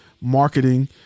marketing